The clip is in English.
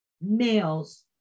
males